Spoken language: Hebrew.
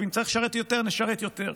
ואם צריך לשרת יותר נשרת יותר.